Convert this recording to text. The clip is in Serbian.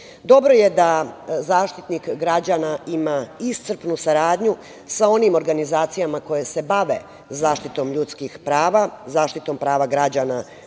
lica. Dobro je da Zaštitnik građana ima iscrpnu saradnju sa onim organizacijama koje se bave zaštitom ljudskih prava, zaštitom prava građana